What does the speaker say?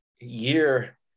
year